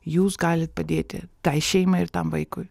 jūs galit padėti tai šeimai ir tam vaikui